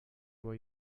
where